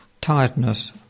tiredness